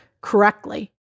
correctly